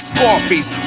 Scarface